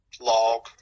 log